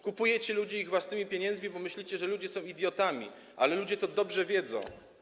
Kupujecie ludzi ich własnymi pieniędzmi, bo myślicie, że ludzie są idiotami, ale ludzie o tym dobrze wiedzą.